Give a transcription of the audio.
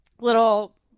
little